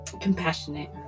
compassionate